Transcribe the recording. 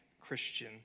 Christian